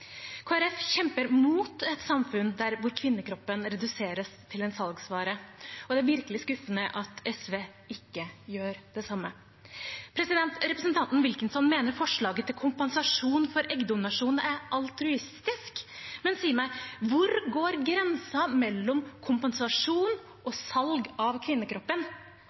kjemper mot et samfunn der kvinnekroppen reduseres til en salgsvare, og det er virkelig skuffende at SV ikke gjør det samme. Representanten Wilkinson mener forslaget til kompensasjon for eggdonasjon er altruistisk, men si meg: Hvor går grensen mellom kompensasjon og salg av kvinnekroppen?